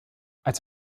als